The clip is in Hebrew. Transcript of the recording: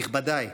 נכבדיי,